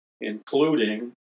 including